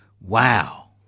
wow